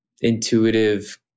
intuitive